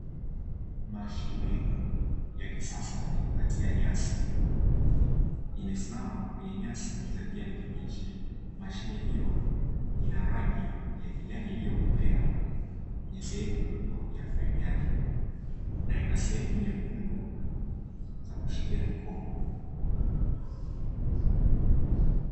Mashine ya kisasa ya kukatia nyasi, imesimama kwenye nyasi za kijani kibichi, mashine hiyo ina rangi ya kijani iliyokolea, kwenye sehemu kubwa ya fremu yake, na ina sehemu nyekundu nakushikia mikono.